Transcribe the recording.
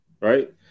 right